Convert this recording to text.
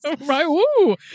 Right